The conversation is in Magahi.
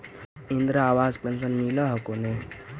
इन्द्रा आवास पेन्शन मिल हको ने?